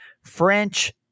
French